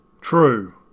True